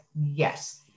Yes